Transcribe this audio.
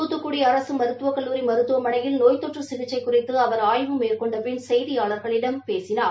தூத்துக்குடி அரசு மருத்துவக் கல்லூரி மருத்துவமனையில் நோய் தொற்று சிசிக்சை குறித்து அவர் ஆய்வு மேற்கொண்ட பின் செய்தியாளர்களிடம் அவர் பேசினார்